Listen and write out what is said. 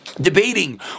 debating